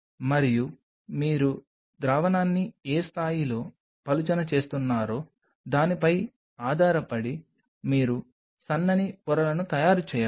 మరియు మీరు ద్రావణాన్ని ఏ స్థాయిలో పలుచన చేస్తున్నారో దానిపై ఆధారపడి మీరు సన్నని పొరలను తయారు చేయవచ్చు